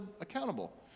accountable